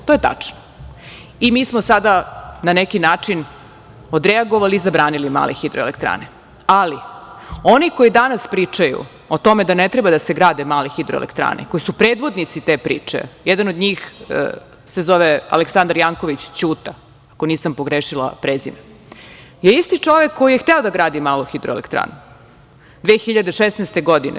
To je tačno i mi smo sada na neki način odreagovali i zabranili male hidroelektrane, ali oni koji danas pričaju o tome da ne treba da se grade male hidroelektrane, koji su predvodnici te priče, jedan od njih se zove Aleksandar Janković Ćuta, ako nisam pogrešila prezime, je isti čovek koji je hteo da gradi malu hidroelektranu 2016. godine.